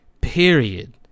Period